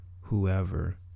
whoever